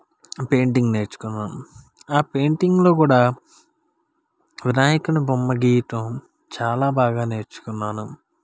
painting నేర్చుకున్నాను ఆ పెయింటింగ్లో కూడా వినాయకుని బొమ్మ గీయటం చాలా బాగా నేర్చుకున్నాను